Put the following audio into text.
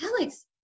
Alex